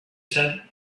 said